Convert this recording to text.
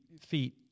feet